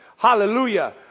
Hallelujah